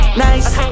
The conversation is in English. nice